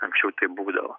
anksčiau taip būdavo